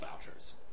vouchers